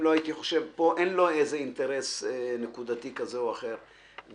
אין לו אינטרס נקודתי כזה או אחר,